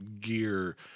gear